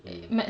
mm